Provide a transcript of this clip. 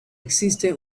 existe